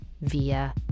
via